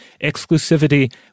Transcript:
exclusivity